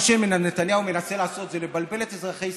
מה שנתניהו מנסה לעשות זה לבלבל את אזרחי ישראל.